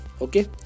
okay